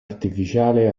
artificiale